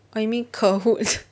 or you mean cahoot